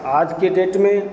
आज की डेट में